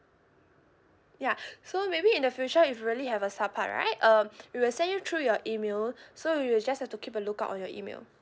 ya so maybe in the future if really have a sub card right um we will send you through your email so you just have to keep a lookout on your email